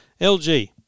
LG